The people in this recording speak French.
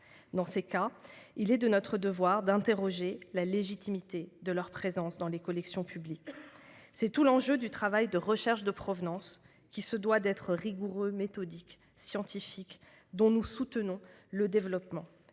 Dans ce cas, il est de notre devoir d'interroger la légitimité de leur présence dans les collections publiques. C'est tout l'enjeu du travail de recherche de provenance, qui se doit d'être rigoureux, méthodique et scientifique, et dont nous soutenons le développement.